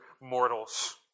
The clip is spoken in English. mortals